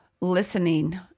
listening